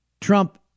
Trump